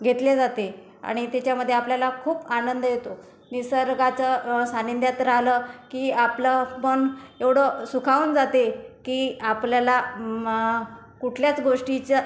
घेतल्या जाते आणि त्याच्यामध्ये आपल्याला खूप आनंद येतो निसर्गाच सानिध्यात राहलं की आपलं मन एवढं सुखावून जाते की आपल्याला कुठल्याच गोष्टीचं